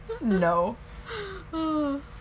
No